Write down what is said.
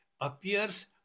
appears